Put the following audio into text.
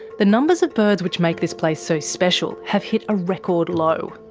the numbers of birds which make this place so special have hit a record low.